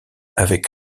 avec